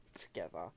together